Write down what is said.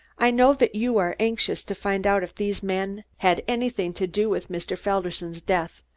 i know that you are anxious to find out if these men had anything to do with mr. felderson's death,